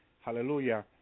Hallelujah